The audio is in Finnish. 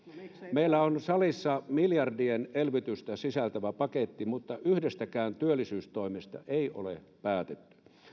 meillä on salissa miljardien elvytystä sisältävä paketti mutta yhdestäkään työllisyystoimesta ei ole päätetty